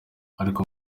ariko